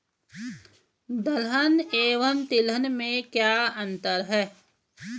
दलहन एवं तिलहन में क्या अंतर है?